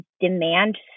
demand